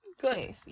good